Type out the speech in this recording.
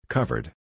Covered